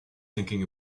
thinking